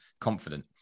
confident